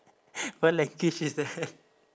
what language is that